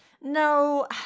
No